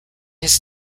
his